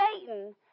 Satan